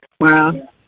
Wow